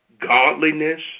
godliness